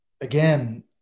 again